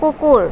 কুকুৰ